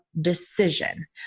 decision